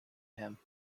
him